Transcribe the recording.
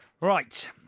Right